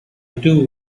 too